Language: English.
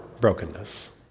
brokenness